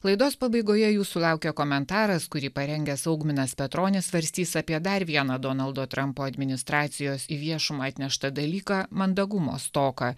laidos pabaigoje jūsų laukia komentaras kurį parengęs augminas petronis svarstys apie dar vieną donaldo trampo administracijos į viešumą atneštą dalyką mandagumo stoką